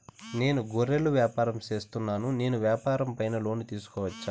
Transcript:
నేను గొర్రెలు వ్యాపారం సేస్తున్నాను, నేను వ్యాపారం పైన లోను తీసుకోవచ్చా?